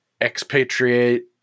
expatriate